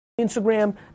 Instagram